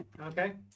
Okay